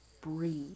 breathe